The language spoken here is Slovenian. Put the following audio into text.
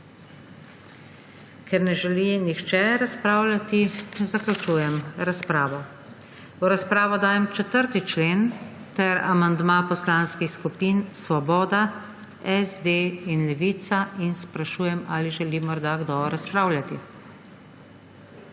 Ker ne želi nihče razpravljati, zaključujem razpravo. V razpravo dajem 4. člen ter amandma poslanskih skupin Svoboda, SD in Levica. Sprašujem, ali želi morda kdo razpravljati.